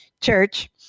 church